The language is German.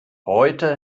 heute